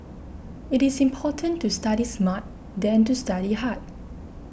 it is important to study smart than to study hard